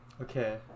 Okay